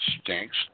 stinks